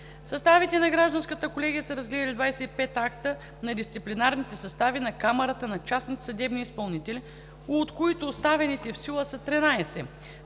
Съставите в Гражданска колегия са разгледали 25 акта на дисциплинарните състави на Камарата на частните съдебни изпълнители, от които оставените в сила са 13.